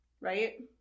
right